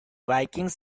vikings